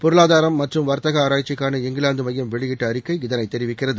பொருளாதாரம் மற்றும் வர்த்தக ஆராய்ச்சிக்கான இங்கிலாந்து மையம் வெளியிட்ட அறிக்கை இதனை தெரிவிக்கிறது